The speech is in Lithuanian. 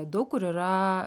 daug kur yra